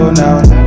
now